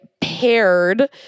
paired